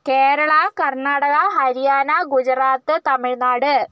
Kerala Karnataka Haryana Gujarat Tamil Nadu